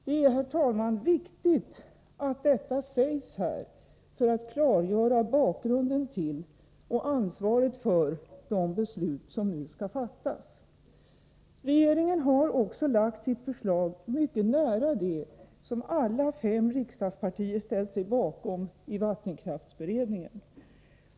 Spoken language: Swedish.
Det är, herr talman, viktigt att detta sägs här för att klargöra bakgrunden till och ansvaret för det beslut som nu skall fattas. Regeringen har också lagt sitt förslag mycket nära det som alla fem riksdagspartierna ställt sig bakom i vattenkraftsberedningen.